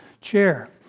chair